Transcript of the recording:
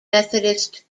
methodist